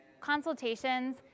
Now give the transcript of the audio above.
consultations